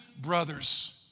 brothers